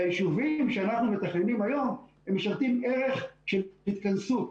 שהיישובים שאנחנו מתכננים היום משרתים ערך של התכנסות,